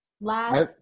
Last